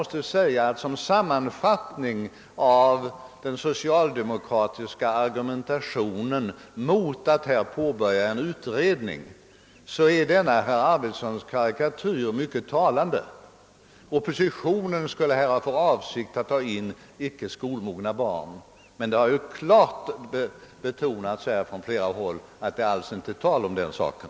Som en sammanfattning av den socialdemokratiska argumentationen mot att tillsätta en utredning, är denna herr Arvidsons karikatyr mycket talande. Oppositionen skulle alltså ha för avsikt att ta in icke skolmogna barn! Det har ju klart betonats från flera håll att det inte alls är tal om den saken.